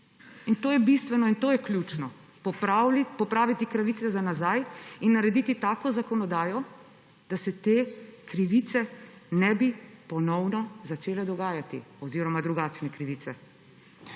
in to je bistveno in to je ključno, popraviti krivice za nazaj in narediti takšno zakonodajo, da se te krivice ne bi ponovno začele dogajati, oziroma drugačne krivice.